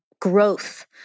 growth